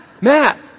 Matt